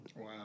Wow